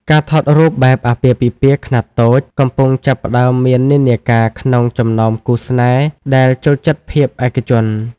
ការថតរូបបែបអាពាហ៍ពិពាហ៍ខ្នាតតូច កំពុងចាប់ផ្ដើមមាននិន្នាការក្នុងចំណោមគូស្នេហ៍ដែលចូលចិត្តភាពឯកជន។